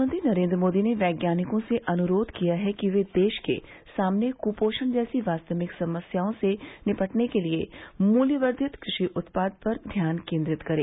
प्रधानमंत्री नरेन्द्र मोदी ने वैज्ञानिकों से अनुरोध किया है कि वे देश के सामने कुपोषण जैसी वास्तविक समस्याओं से निपटने के लिए मूल्यवर्धित कृषि उत्पाद पर ध्यान केन्द्रित करें